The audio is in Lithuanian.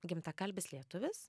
gimtakalbis lietuvis